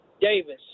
Davis